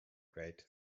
great